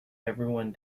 everyone